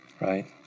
right